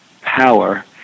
power